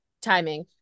timing